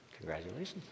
Congratulations